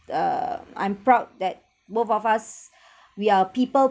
uh I'm proud that both of us we are people